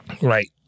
Right